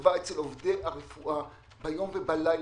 נצרבה אצל עובדי הרפואה ביום ובלילה,